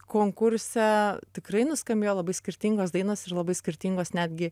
konkurse tikrai nuskambėjo labai skirtingos dainos ir labai skirtingos netgi